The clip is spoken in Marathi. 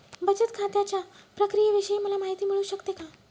बचत खात्याच्या प्रक्रियेविषयी मला माहिती मिळू शकते का?